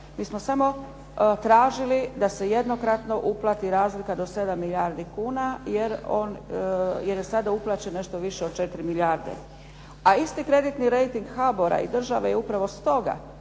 Mi smo samo tražili da se jednokratno uplati razlika do 7 milijardi kuna, jer je sada uplaćeno nešto više od 4 milijarde. A isti kreditni rejting HBOR-a i države je upravo stoga